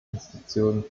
institutionen